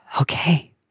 Okay